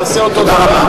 נעשה אותו הדבר.